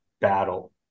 battle